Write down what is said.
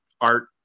art